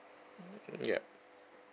yup